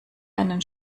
einen